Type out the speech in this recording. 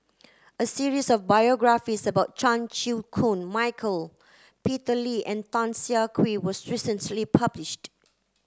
a series of biographies about Chan Chew Koon Michael Peter Lee and Tan Siah Kwee was recently published